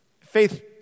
Faith